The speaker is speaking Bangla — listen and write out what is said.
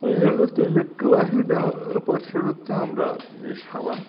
ওই জন্য তৈলাক্ত বাসন পরিষ্কার করতে আমরা এই সাবান